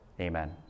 Amen